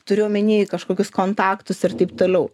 turiu omeny kažkokius kontaktus ir taip toliau